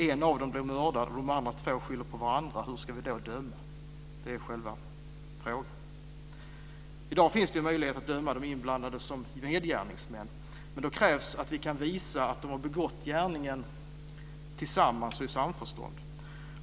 En av dem blir mördad, och de andra två skyller på varandra. Hur ska vi då döma? Det är själva frågan. I dag finns det ju möjlighet att döma de inblandade som medgärningsmän, men då krävs att vi kan visa att de har begått gärningen tillsammans och i samförstånd.